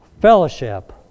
Fellowship